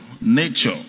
nature